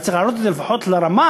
צריך להעלות את זה לפחות לרמה